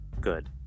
Good